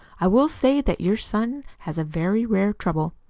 i will say that your son has a very rare trouble.